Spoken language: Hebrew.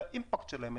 את האימפקט שלהם,